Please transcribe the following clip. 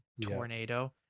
tornado